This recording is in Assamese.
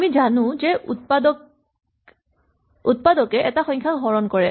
আমি জানো যে উৎপাদকে এটা সংখ্যাক হৰণ কৰে